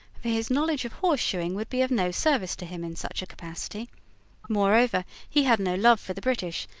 for his knowledge of horseshoeing would be of no service to him in such a capacity moreover, he had no love for the british,